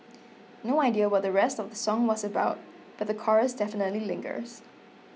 no idea what the rest of the song was about but the chorus definitely lingers